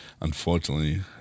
unfortunately